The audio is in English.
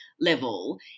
level